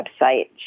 website